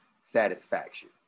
satisfaction